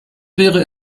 wäre